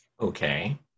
Okay